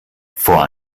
vor